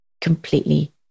completely